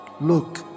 Look